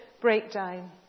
breakdown